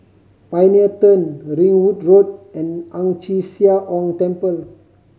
Pioneer Turn Ringwood Road and Ang Chee Sia Ong Temple